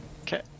Okay